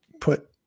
put